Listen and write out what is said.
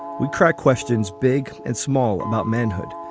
we crack questions big and small about manhood.